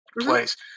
place